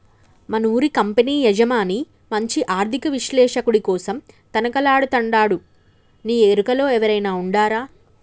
మనూరి కంపెనీ యజమాని మంచి ఆర్థిక విశ్లేషకుడి కోసరం తనకలాడతండాడునీ ఎరుకలో ఎవురైనా ఉండారా